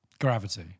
Gravity